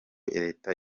leta